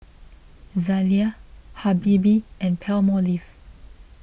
Zalia Habibie and Palmolive